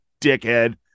dickhead